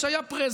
האיש היה פרזנטור